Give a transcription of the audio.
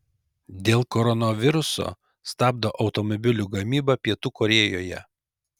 dėl koronaviruso stabdo automobilių gamybą pietų korėjoje